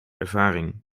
ervaring